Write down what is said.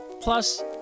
Plus